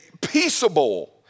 Peaceable